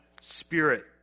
spirit